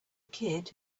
kid